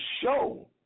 show